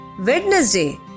Wednesday